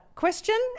question